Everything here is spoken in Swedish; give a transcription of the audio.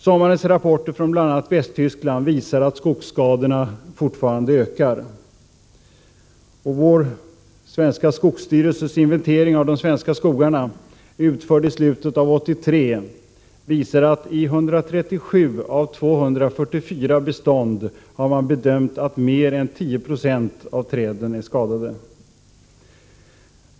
Sommarens rapporter från bl.a. Västtyskland visar att skogsskadorna fortfarande ökar. Skogsstyrelsens inventering av de svenska skogarna, utförd i slutet av 1983, visar att i 137 av 244 bestånd har man bedömt att mer än 10 96 av träden är skadade.